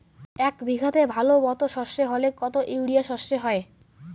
এক বিঘাতে ভালো মতো সর্ষে হলে কত ইউরিয়া সর্ষে হয়?